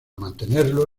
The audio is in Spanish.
mantenerlo